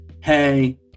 hey